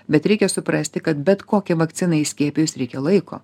bet reikia suprasti kad bet kokią vakciną įskiepijus reikia laiko